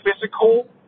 physical